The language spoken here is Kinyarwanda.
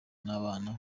n’abana